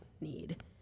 need